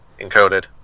encoded